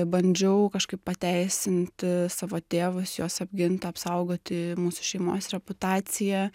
bandžiau kažkaip pateisinti savo tėvus juos apgint apsaugoti mūsų šeimos reputaciją